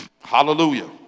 Hallelujah